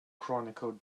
chronicle